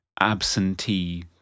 absentee